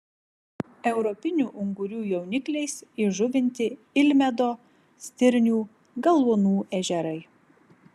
europinių ungurių jaunikliais įžuvinti ilmedo stirnių galuonų ežerai